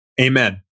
Amen